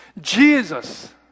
Jesus